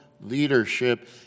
leadership